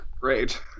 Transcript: great